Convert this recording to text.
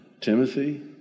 Timothy